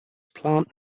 plant